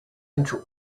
into